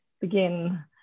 begin